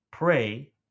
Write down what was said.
pray